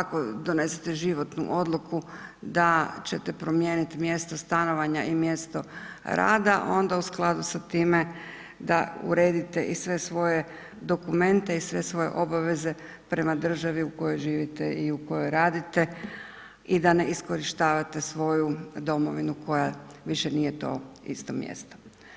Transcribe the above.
ako donesete životnu odluku, da ćete promijeniti mjesto stanovanja i mjesto rada onda u skladu sa time da uredite i sve svoje dokumente i sve svoje obaveze prema drži u kojoj živite i u kojoj radite i da ne iskorištavate svoju domovinu koja više nije to isto mjesto.